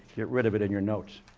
get rid of it in you notes.